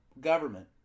government